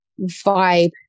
vibe